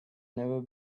never